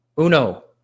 Uno